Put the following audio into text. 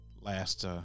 last